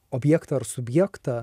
objektą ar subjektą